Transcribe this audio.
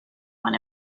when